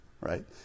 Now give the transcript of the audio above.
right